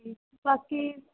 ਠੀਕ ਬਾਕੀ